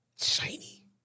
Shiny